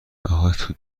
آخه